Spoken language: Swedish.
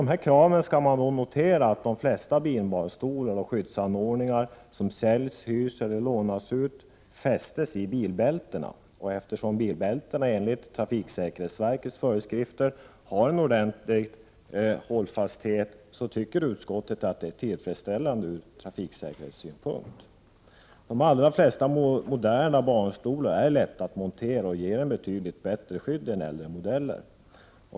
101 Till dessa krav skall man då notera att de flesta bilbarnstolar och skyddsanordningar som säljs, hyrs eller lånas ut fästes i bilbältena, och eftersom bilbältena enligt trafiksäkerhetsverkets föreskrifter skall ha en ordentlig hållfasthet tycker utskottet att detta är tillfredsställande ur trafiksäkerhetssynpunkt. De allra flesta moderna barnstolar är lätta att montera och ger betydligt bättre skydd än äldre modeller.